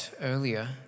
earlier